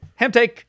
Hamtake